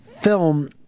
film